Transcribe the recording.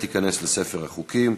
והחוק ייכנס לספר החוקים.